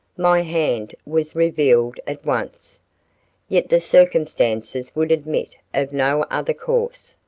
my hand was revealed at once yet the circumstances would admit of no other course.